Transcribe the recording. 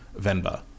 venba